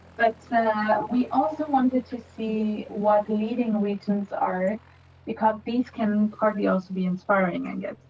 but we also wanted to see what the leading regions are because these can partly also be inspiring, and